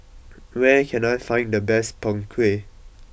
where can I find the best Png Kueh